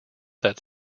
that